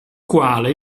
quale